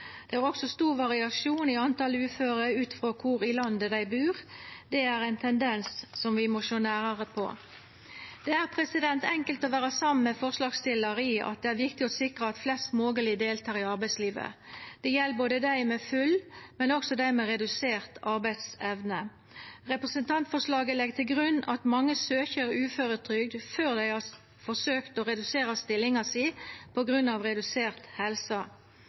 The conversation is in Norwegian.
Det gjeld ikkje minst å fanga opp kvifor mange unge vert uføre i tidleg alder. Det er også stor variasjon i talet på uføre ut frå kvar i landet dei bur. Det er ein tendens vi må sjå nærmare på. Det er enkelt å vera samd med forslagsstillarane i at det er viktig å sikra at flest mogleg deltek i arbeidslivet. Det gjeld både dei med full og dei med redusert arbeidsevne. Representantforslaget legg til grunn at